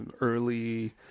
early